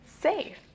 safe